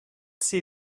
see